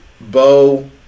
Bo